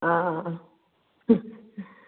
ꯑꯥ ꯑꯥ ꯑꯥ